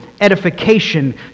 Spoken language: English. edification